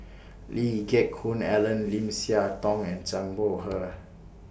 Lee Geck Hoon Ellen Lim Siah Tong and Zhang Bohe